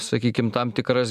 sakykim tam tikras